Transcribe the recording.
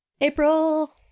April